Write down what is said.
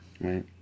right